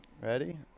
Ready